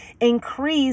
increase